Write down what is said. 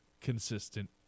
consistent